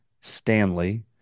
Stanley